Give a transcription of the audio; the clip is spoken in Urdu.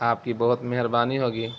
آپ کی بہت مہربانی ہوگی